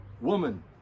Woman